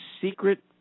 secret